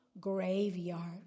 graveyard